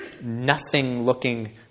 nothing-looking